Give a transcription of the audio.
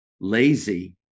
lazy